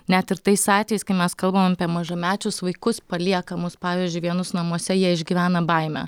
net ir tais atvejais kai mes kalbam apie mažamečius vaikus paliekamus pavyzdžiui vienus namuose jie išgyvena baimę